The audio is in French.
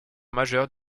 majeure